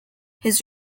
his